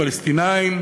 פלסטינים,